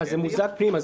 זה מוזג פנימה,